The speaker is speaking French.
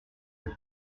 elle